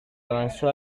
avanzó